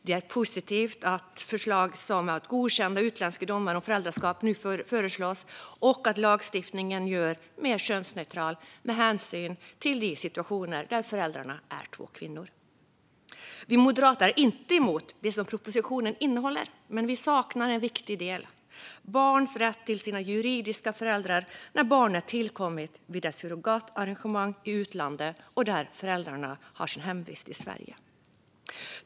Det är positivt att förslag om att godkänna utländska domar om föräldraskap nu läggs fram och att lagstiftningen görs mer könsneutral med hänsyn till de situationer där föräldrarna är två kvinnor. Vi moderater är inte emot det som propositionen innehåller, men vi saknar en viktig del: barns rätt till sina juridiska föräldrar när barnet tillkommit vid ett surrogatarrangemang i utlandet och föräldrarna har sin hemvist i Sverige.